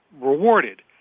rewarded